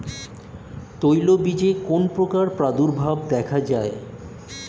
তৈলবীজে কোন পোকার প্রাদুর্ভাব দেখা যায়?